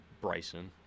Bryson